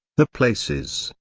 the places,